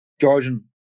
Georgian